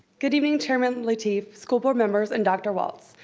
good evening chairman lateef, school board members, and dr. walts.